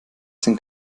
sind